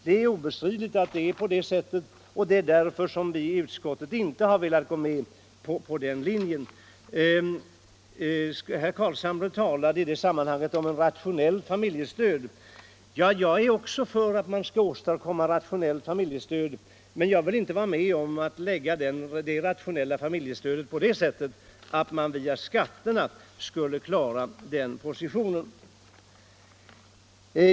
Det är obestridligen på det sättet, och därför har vi inte velat slå in på den linjen. Herr Carlshamre talade i det sammanhanget om ett rationellt familjestöd. Jag är också för att man skall åstadkomma ett rationellt familjestöd, men jag vill inte vara med om att klara den saken via skatteskalorna.